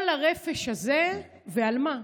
כל הרפש הזה, ועל מה?